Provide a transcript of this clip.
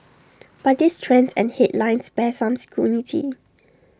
but these trends and headlines bear some scrutiny